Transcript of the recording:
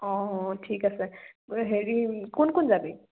অঁ ঠিক আছে ঐ হেৰি কোন কোন যাবি